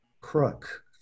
crook